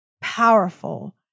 powerful